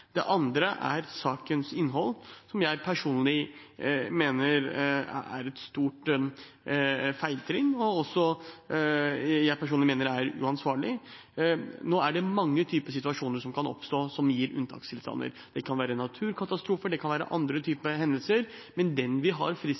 Det andre er sakens innhold, som jeg personlig mener er et stort feiltrinn, og som jeg også mener er uansvarlig. Nå er det mange typer situasjoner som kan oppstå, som gir unntakstilstand. Det kan være naturkatastrofer, det kan være andre typer hendelser. Den vi har